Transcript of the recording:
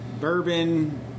bourbon